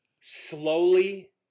slowly